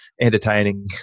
entertaining